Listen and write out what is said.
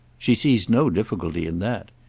she sees no difficulty in that.